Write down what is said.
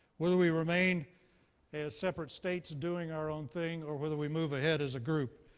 whether we remained as separate states doing our own thing, or whether we moved ahead as a group,